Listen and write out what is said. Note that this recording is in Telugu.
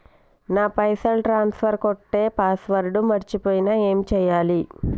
నా పైసల్ ట్రాన్స్ఫర్ కొట్టే పాస్వర్డ్ మర్చిపోయిన ఏం చేయాలి?